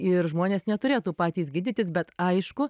ir žmonės neturėtų patys gydytis bet aišku